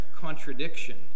contradiction